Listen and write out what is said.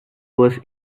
was